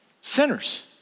Sinners